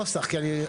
הייתי, כן.